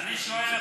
אני שואל,